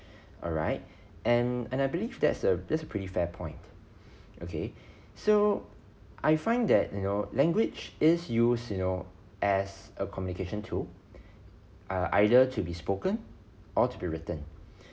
alright and and I believe that's a that's a pretty fair point okay so I find that you know language is used you know as a communication to uh either to be spoken or to be written